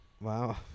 Wow